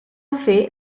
fer